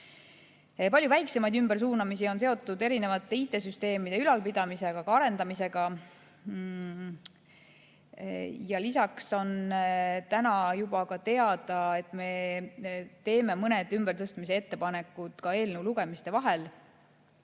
Palju väiksemaid ümbersuunamisi on seotud erinevate IT‑süsteemide ülalpidamise ja arendamisega. Lisaks on täna juba teada, et me teeme mõned ümbertõstmise ettepanekud ka eelnõu lugemiste vahel.